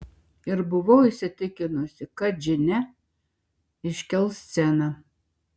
ir buvau įsitikinusi kad džine iškels sceną